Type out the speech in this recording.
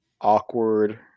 awkward